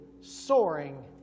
soaring